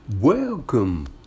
Welcome